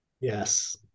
Yes